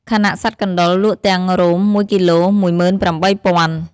ខណៈសត្វកណ្ដុរលក់ទាំងរោម១គីឡូ ១៨០០០។